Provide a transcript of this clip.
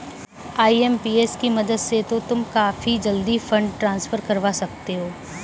IMPS की मदद से तो तुम काफी जल्दी फंड ट्रांसफर करवा सकते हो